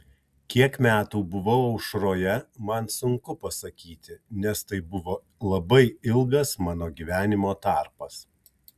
kiek metų buvau aušroje man sunku pasakyti nes tai buvo labai ilgas mano gyvenimo tarpas